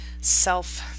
self-